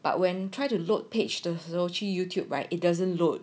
but when you try to load page 的时候去 Youtube right it doesn't load